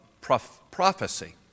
prophecy